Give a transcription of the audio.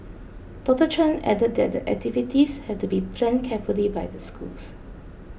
Doctor Chan added that the activities have to be planned carefully by the schools